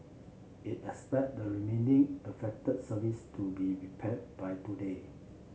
it expect the remaining affected service to be repaired by today